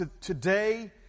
today